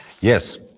Yes